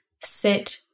sit